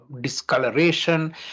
discoloration